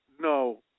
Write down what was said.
No